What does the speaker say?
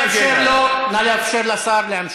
נא לאפשר לשר להמשיך.